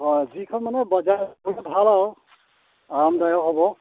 অঁ যিখন মানে বজাৰ কৰিব ভাল আৰু আৰামদায়ক হ'ব